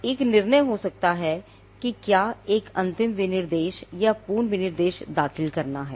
एक निर्णय हो सकता है कि क्या एक अंतिम विनिर्देश या पूर्ण विनिर्देश दाखिल करना है